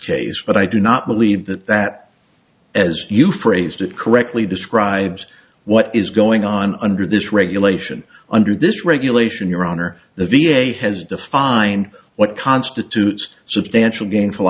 case but i do not believe that that as you phrased it correctly describes what is going on under this regulation under this regulation your honor the v a has defined what constitutes substantial gainful